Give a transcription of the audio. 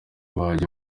wajya